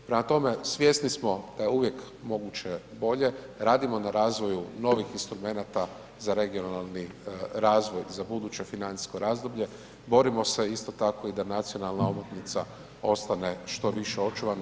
Prema tome, svjesni smo da je uvijek moguće bolje, radimo na razvoju novih instrumenata za regionalni razvoj za buduće financijsko razdoblje, borimo se isto tako i da nacionalna omotnica ostane što više očuvana.